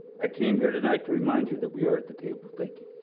i came here tonight to remind you that we are the table. thank you.